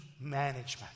management